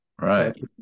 Right